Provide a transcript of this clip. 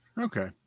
okay